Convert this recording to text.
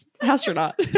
astronaut